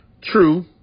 True